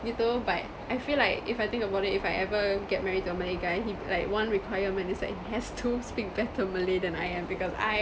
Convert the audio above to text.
gitu but I feel like if I think about it if I ever get married to a malay guy he like one requirement is that he has to speak better malay than I am because I